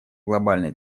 глобальной